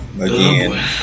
again